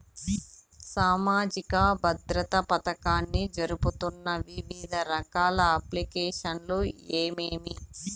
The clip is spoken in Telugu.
సామాజిక భద్రత పథకాన్ని జరుపుతున్న వివిధ రకాల అప్లికేషన్లు ఏమేమి?